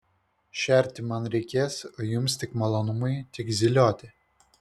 šerti man reikės o jums tik malonumai tik zylioti